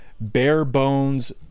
bare-bones